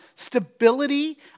stability